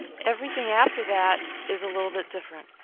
everything after that is a little bit different.